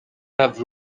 have